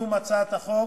לקידום הצעת החוק,